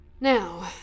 Now